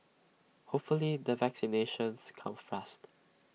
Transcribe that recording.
hopefully the vaccinations come fast